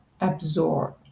absorb